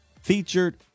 featured